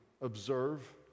observe